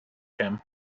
him